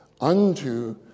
unto